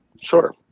Sure